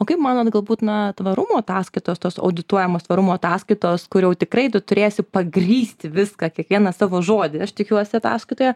o kaip manot galbūt na tvarumo ataskaitos tos audituojamos tvarumo ataskaitos kur jau tikrai turėsi pagrįsti viską kiekvieną savo žodį aš tikiuosi ataskaitoje